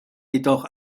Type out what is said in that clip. jedoch